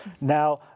Now